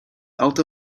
alta